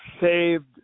saved